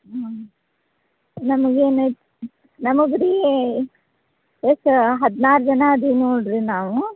ಹ್ಞೂ ನಮಗೇನು ಐತೆ ನಮಗೆ ರೀ ಎಷ್ಟು ಹದಿನಾರು ಜನ ಇದೀವಿ ನೋಡಿರಿ ನಾವು